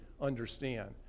understand